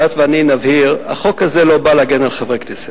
שאת ואני נבהיר: החוק הזה לא בא להגן על חברי כנסת.